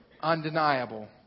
undeniable